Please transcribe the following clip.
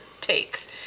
takes